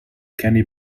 kenny